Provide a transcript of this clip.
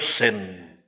sin